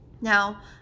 now